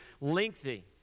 lengthy